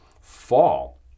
fall